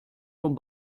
von